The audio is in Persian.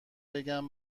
بگم